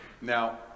Now